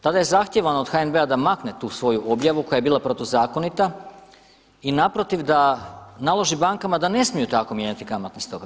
Tada je zahtijevano od HNB-a da makne tu svoju objavu koja je bila protuzakonita i naprotiv da naloži bankama da ne smiju tako mijenjati kamatne stope.